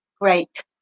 great